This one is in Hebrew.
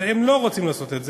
הם לא רוצים לעשות את זה,